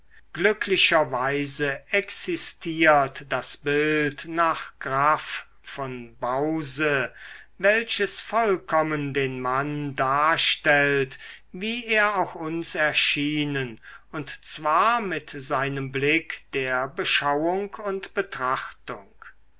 glücklicherweise existiert das bild nach graff von bause welches vollkommen den mann darstellt wie er auch uns erschienen und zwar mit seinem blick der beschauung und betrachtung